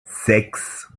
sechs